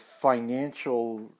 financial